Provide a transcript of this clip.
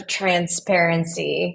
transparency